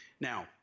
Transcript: Now